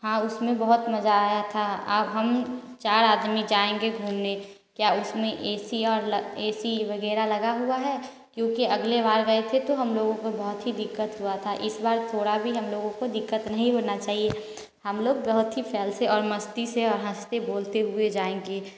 हाँ उसमें बहुत मजा आया था अब हम चार आदमी जाएंगे घूमने क्या उसमें एसी और एसी वगैरह लगा हुआ है क्योंकि अगले बार गए थे तो हम लोगों को बहुत ही दिक्कत हुई थी इस बार थोड़ा भी हम लोगों को दिक्कत नहीं होना चाहिए हम लोग बहुत फ़ैल के और हंसते बोलते हुए जाएँगे